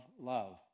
love